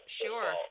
sure